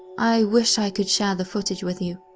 i wish i could share the footage with you,